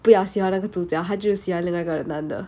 不要喜欢那个主角她就喜欢另外一个男的